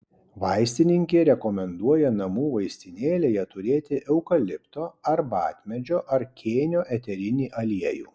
vaistininkė rekomenduoja namų vaistinėlėje turėti eukalipto arbatmedžio ar kėnio eterinį aliejų